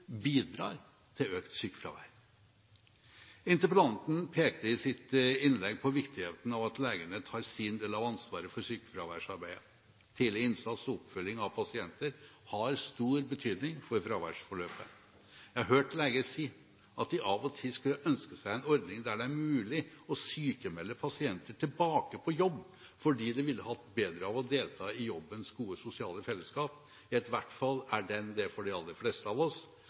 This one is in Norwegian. bidrar til økt sykefravær. Interpellanten pekte i sitt innlegg på viktigheten av at legene tar sin del av ansvaret for sykefraværsarbeidet. Tidlig innsats og oppfølging av pasienter har stor betydning for fraværsforløpet. Jeg har hørt leger si at de av og til skulle ønske seg en ordning der det er mulig å sykmelde pasienter tilbake på jobb fordi de ville hatt bedre av å delta i jobbens gode sosiale felleskap – i hvert fall er den det for de aller fleste av oss